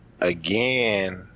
again